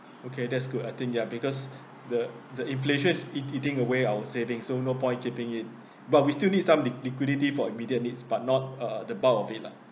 okay that's good I think ya because the the inflation is eat eating away our savings so no point keeping it but we still need some li~ liquidity for immediate needs but not uh the bulk of it lah